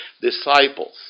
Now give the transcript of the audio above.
disciples